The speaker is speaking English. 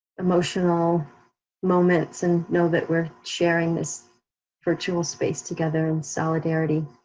emotional moments and know that we're sharing this virtual space together in solidarity.